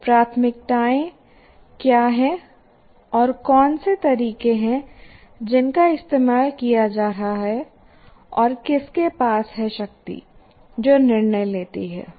फिर प्राथमिकताएं क्या हैं और कौन से तरीके हैं जिनका इस्तेमाल किया जा रहा है और किसके पास है शक्ति जो निर्णय लेती है